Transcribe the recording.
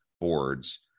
boards